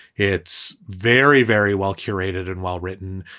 it's very, very well curated and well-written.